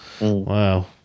wow